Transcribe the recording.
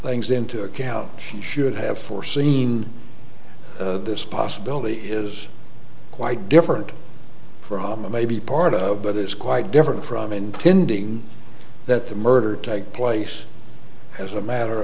things into account should have foreseen this possibility is quite different for maybe part of that is quite different from intending that the murder take place as a matter